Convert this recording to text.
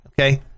Okay